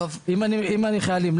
אם אני עם חיילים,